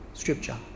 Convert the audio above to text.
Scripture